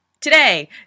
today